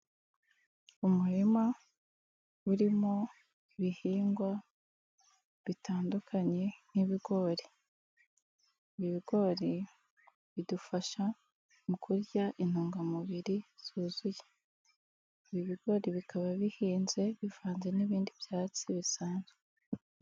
Umurima urimo ibihingwa bitandukanye nk'ibigori, ibi bigori bidufasha mu kurya intungamubiri zuzuye. Ibi bigori bikaba bihinze bivanze n'ibindi byatsi bisanzwe.